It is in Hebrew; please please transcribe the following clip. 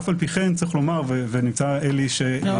אף על פי כן, צריך לומר, ונמצא אלי --- לא.